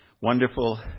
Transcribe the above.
Wonderful